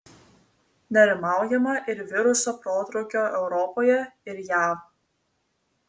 nerimaujama ir viruso protrūkio europoje ir jav